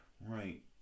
right